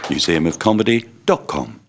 Museumofcomedy.com